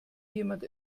jemand